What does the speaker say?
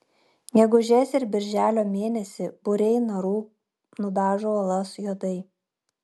gegužės ir birželio mėnesį būriai narų nudažo uolas juodai